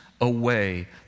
away